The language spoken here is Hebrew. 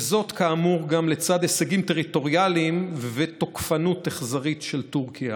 וזאת כאמור גם לצד הישגים טריטוריאליים ותוקפנות אכזרית של טורקיה